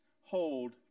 hold